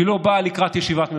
היא לא באה לקראת ישיבת ממשלה.